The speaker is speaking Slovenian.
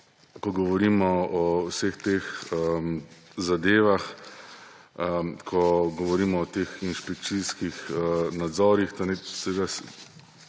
ko govorimo o vseh teh zadevah, ko govorimo o teh inšpekcijskih nadzorih,